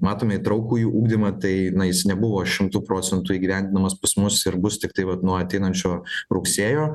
matome įtraukųjį ugdymą tai na jis nebuvo šimtu procentų įgyvendinamas pas mus ir bus tiktai vat nuo ateinančio rugsėjo